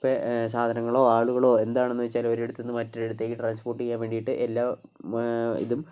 ഇപ്പോൾ സാധനങ്ങളോ ആളുകളോ എന്താണെന്ന് വെച്ചാലും ഒരിടത്ത് നിന്നും മറ്റൊരിടത്തേക്ക് ട്രാൻസ്പോർട്ട് ചെയ്യാൻ വേണ്ടിയിട്ട് എല്ലാ ഇതും